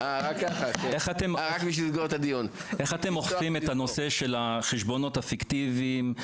איך אתם מטפלים בחשבונות פיקטיביים,